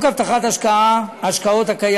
(הבטחת השקעות של רוכשי דירות)